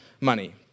money